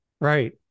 right